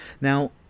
Now